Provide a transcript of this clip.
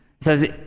says